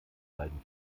beiden